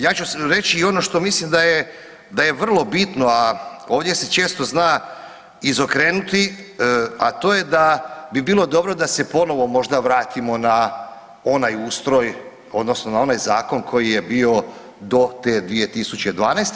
Ja ću reći i ono što mislim da je vrlo bitno, a ovdje se često zna izokrenuti, a to je da bi bilo dobro da se ponovo možda vratimo na onaj ustroj odnosno na onaj zakon koji je bio do te 2012.